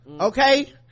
okay